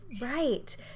Right